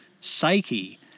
psyche